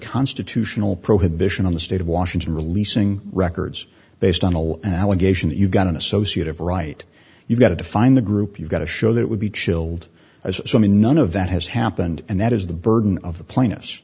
constitutional prohibition on the state of washington releasing records based on a lie and allegations you've got an associate of right you've got to find the group you've got to show that would be chilled as i mean none of that has happened and that is the burden of the pla